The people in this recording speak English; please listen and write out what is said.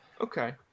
Okay